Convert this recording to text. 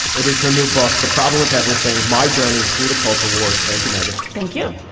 it is her new book. the problem with everything. my journey through the culture wars. thank you america. thank you